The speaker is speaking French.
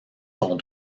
sont